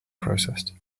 processed